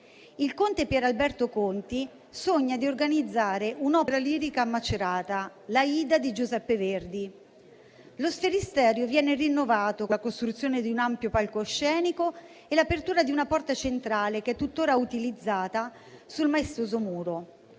Il conte Pier Alberto Conti sogna di organizzare un'opera lirica a Macerata, «Aida» di Giuseppe Verdi. Lo Sferisterio viene rinnovato con la costruzione di un ampio palcoscenico e l'apertura di una porta centrale, che è tuttora utilizzata, sul maestoso muro.